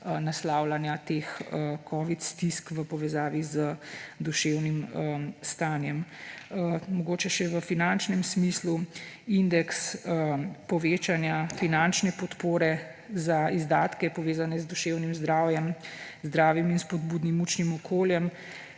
naslavljanja teh covid stisk v povezavi z duševnim stanjem. Mogoče še v finančnem smislu indeks povečanja finančne podpore za izdatke, povezane z duševnim zdravjem, zdravim in spodbudnim učnim okoljem,